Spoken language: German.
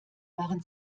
waren